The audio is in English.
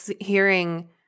hearing